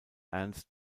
ernst